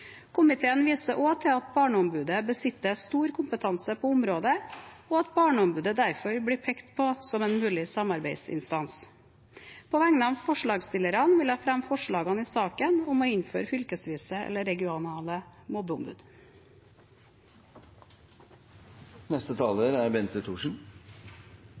Komiteen viser også til at Barneombudet besitter stor kompetanse på området, og at Barneombudet derfor blir pekt på som en mulig samarbeidsinstans. Jeg anbefaler komiteens tilråding. Arbeiderpartiet roser seg selv og kritiserer regjeringen for å